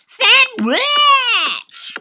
sandwich